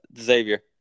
Xavier